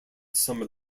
summer